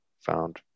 found